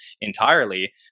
entirely